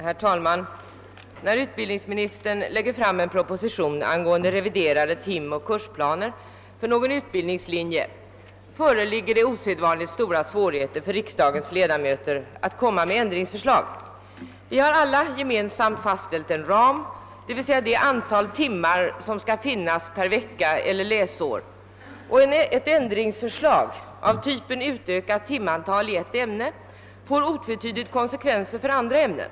Herr talman! När utbildningsministern lägger fram en proposition angående revidering av timoch kursplaner för någon utbildningslinje brukar det föreligga osedvanligt stora svårigheter för riksdagens ledamöter att framställa ändringsförslag. Vi har gemensamt fast ställt en ram för det antal timmar, som undervisningen skall omfatta per vecka eller per läsår, och ett ändringsförslag av typen utökat timantal i ett ämne får otvetydigt konsekvenser för andra ämnen.